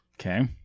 Okay